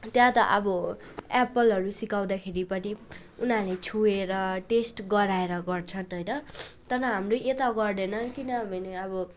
त्यहाँ त अब एप्पलहरू सिकाउँदाखेरि पनि उनीहरूले छुएर टेस्ट गराएर गर्छन् होइन तर हाम्रो यता गर्दैन किनभने अब